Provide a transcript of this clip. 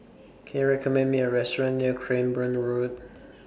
Can YOU recommend Me A Restaurant near Cranborne Road